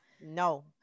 No